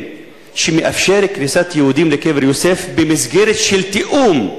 שמאפשר כניסת יהודים לקבר יוסף במסגרת תיאום.